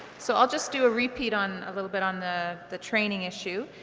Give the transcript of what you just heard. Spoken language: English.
so i'll just do a repeat on a little bit on the the training issue,